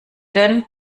denn